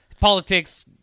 Politics